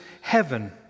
heaven